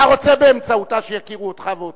אתה רוצה באמצעותה שיכירו אותך ואותי?